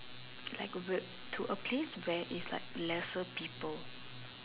like a weird to a place where is like lesser people